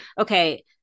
okay